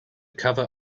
cover